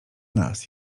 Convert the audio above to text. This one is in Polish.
nas